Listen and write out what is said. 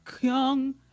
young